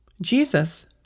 Jesus